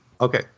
Okay